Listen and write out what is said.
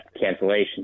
cancellation